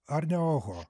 ar ne oho